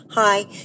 Hi